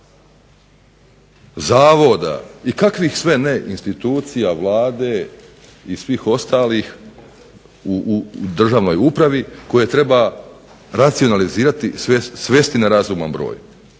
zavoda i kakvih sve ne institucija Vlade i svih ostalih u državnoj upravi koje treba racionalizirati, svesti na razuman broj,